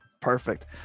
Perfect